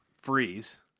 freeze